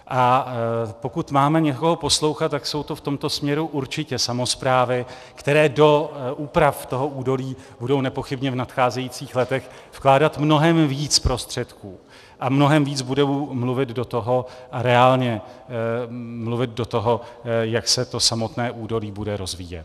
A pokud máme někoho poslouchat, tak jsou to v tomto směru určitě samosprávy, které do úprav toho údolí budou nepochybně v nadcházejících letech vkládat mnohem víc prostředků a mnohem víc budou mluvit do toho reálně, mluvit do toho, jak se to samotné údolí bude rozvíjet.